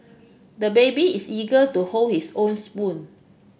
the baby is eager to hold his own spoon